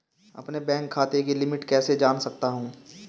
अपने बैंक खाते की लिमिट कैसे जान सकता हूं?